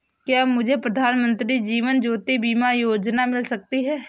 क्या मुझे प्रधानमंत्री जीवन ज्योति बीमा योजना मिल सकती है?